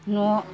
न'